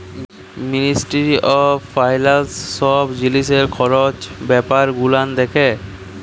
ministry of finance ছব জিলিসের খরচ ব্যাপার গুলান দ্যাখে